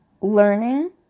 learning